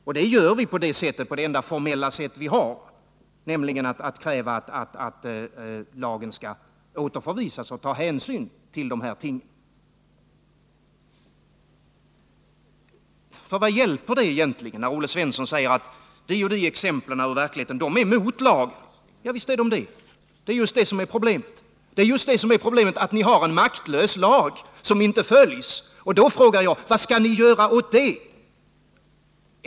Och det gör vi på det enda formella sätt vi har, nämligen genom att kräva att lagen skall återförvisas och omarbetas så att den tar hänsyn till dessa ting. Olle Svensson säger att det och det exemplet ur verkligheten är emot lagen. Ja, det är just det som är problemet — ni har en maktlös lag som inte följs. Och då frågar jag: Vad skall ni göra åt det?